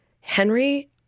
Henry